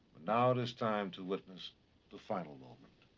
now it is time to witness the final moment,